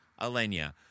Alenia